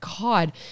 God